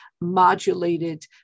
modulated